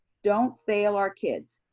don't fail our kids.